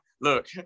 Look